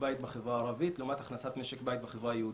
בית בחברה הערבית לעומת הכנסת משק בית בחברה היהודית.